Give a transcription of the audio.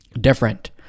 different